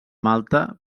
malta